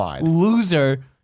loser